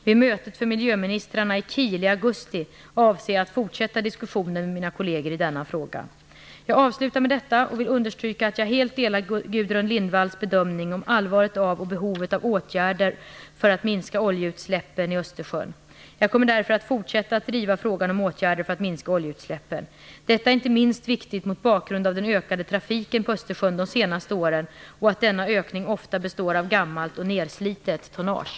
Vid mötet för miljöministrarna i Kiel i augusti avser jag att fortsätta diskussionen med mina kolleger i denna fråga. Jag avslutar med detta och vill understryka att jag helt delar Gudrun Lindvalls bedömning om allvaret och behovet av åtgärder för att minska oljeutsläppen i Östersjön. Jag kommer därför att fortsätta att driva frågan om åtgärder för att minska oljeutsläppen. Detta är inte minst viktigt mot bakgrund av den ökade trafiken på Östersjön de senaste åren och att denna ökning ofta sker med gammalt och nedslitet tonnage.